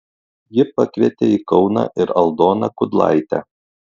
ji pakvietė į kauną ir aldoną kudlaitę